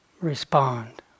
respond